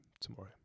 tomorrow